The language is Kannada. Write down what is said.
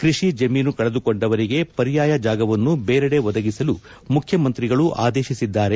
ಕೃಷಿ ಜಮೀನು ಕಳೆದುಕೊಂಡವರಿಗೆ ಪರ್ಯಾಯ ಜಾಗವನ್ನು ಬೇರೆಡೆ ಒದಗಿಸಲು ಮುಖ್ಯಮಂತ್ರಿಗಳು ಆದೇಶಿಸಿದ್ದಾರೆ